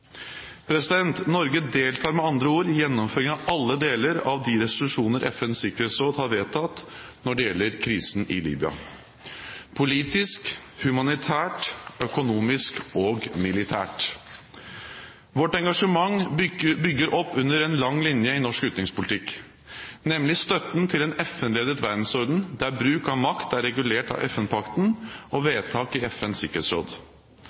Norge deltar med andre ord i gjennomføringen av alle deler av de resolusjoner FNs sikkerhetsråd har vedtatt når det gjelder krisen i Libya – politisk, humanitært, økonomisk og militært. Vårt engasjement bygger opp under en lang linje i norsk utenrikspolitikk, nemlig støtten til en FN-ledet verdensorden der bruk av makt er regulert av FN-pakten og vedtak i FNs sikkerhetsråd.